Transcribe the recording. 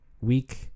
week